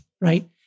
right